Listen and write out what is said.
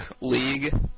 League